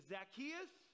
Zacchaeus